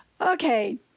okay